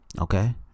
okay